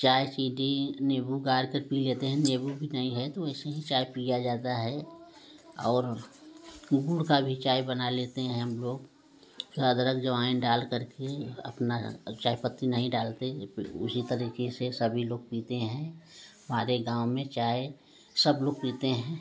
चाय चीनी नीम्बू गार कर पी लेते हैं नीम्बू भी नही है तो ऐसे ही चाय पिया जाता है और गुड़ का भी चाय बना लेते हैं हम लोग अदरक अजवाइन डाल कर के अपना चाय पत्ती नहीं डालते उसी तरीके से सभी लोग पीते हैं हमारे गाँव में चाय सब लोग पीते हैं